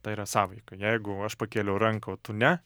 ta yra sąveika jeigu aš pakėliau ranką o tu ne